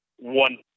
one